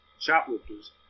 shoplifters